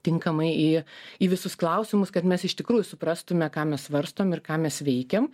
tinkamai į į visus klausimus kad mes iš tikrųjų suprastume ką mes svarstom ir ką mes veikiam